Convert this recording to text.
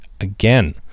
again